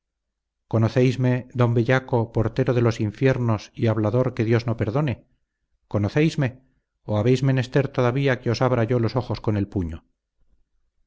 conocéisme don bellaco portero de los infiernos y hablador que dios no perdone conocéisme o habéis menester todavía que os abra yo los ojos con el puño